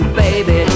baby